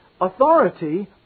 Authority